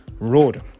road